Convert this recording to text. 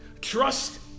Trust